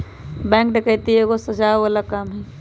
bank डकैती एगो सजाओ बला काम हई